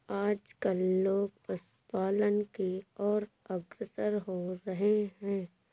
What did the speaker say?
आजकल लोग पशुपालन की और अग्रसर हो रहे हैं